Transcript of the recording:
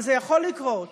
אבל זה יכול לקרות,